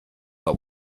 but